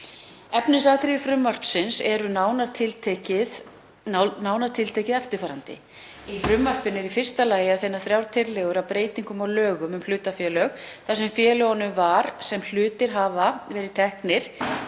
Efnisatriði frumvarpsins eru nánar tiltekið eftirfarandi: Í frumvarpinu er í fyrsta lagi að finna tillögur að breytingu á lögum um hlutafélög þar sem félögum þar sem hlutir hafa verið teknir